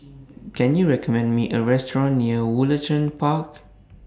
Can YOU recommend Me A Restaurant near Woollerton Park